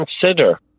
consider